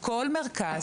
וכל מרכז,